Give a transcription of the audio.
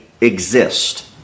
exist